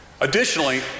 Additionally